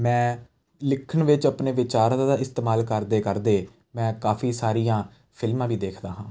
ਮੈਂ ਲਿਖਣ ਵਿੱਚ ਆਪਣੇ ਵਿਚਾਰਾਂ ਦਾ ਇਸਤੇਮਾਲ ਕਰਦੇ ਕਰਦੇ ਮੈਂ ਕਾਫੀ ਸਾਰੀਆਂ ਫਿਲਮਾਂ ਵੀ ਦੇਖਦਾ ਹਾਂ